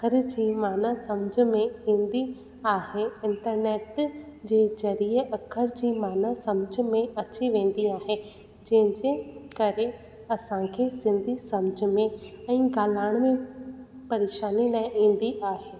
अख़र जी माना सम्झ में ईंदी आहे इंटनेट जे ज़रिए अख़र जी माना सम्झ में अची वेंदी आहे जंहिंजे करे असांखे सिंधी सम्झ में ऐं ॻाल्हाइण में परेशानी न ईंदी आहे